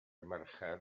mercher